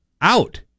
out